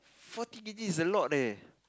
forty k_g is a lot leh